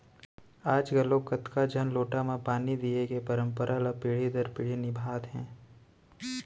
आज घलौक कतको झन लोटा म पानी दिये के परंपरा ल पीढ़ी दर पीढ़ी निभात हें